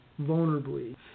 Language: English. vulnerably